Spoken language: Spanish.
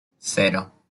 cero